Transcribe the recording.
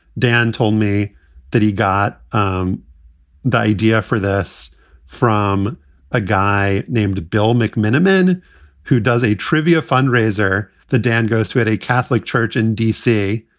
dan told me that he got um the idea for this from a guy named bill mcmanaman who does a trivia fundraiser. the dan goes with a catholic church in d c.